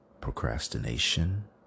procrastination